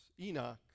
Enoch